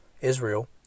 Israel